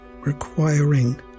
requiring